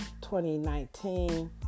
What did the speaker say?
2019